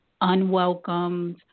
unwelcomed